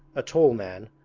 a tall man,